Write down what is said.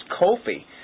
Kofi